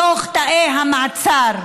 בתוך תאי המעצר,